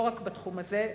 לא רק בתחום הזה,